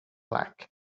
black